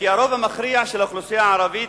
כי הרוב המכריע של האוכלוסייה הערבית